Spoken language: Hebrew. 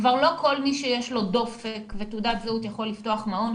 כבר לא כל מי שיש לו דופק ותעודת זהות יכול לפתוח מעון.